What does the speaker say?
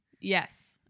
yes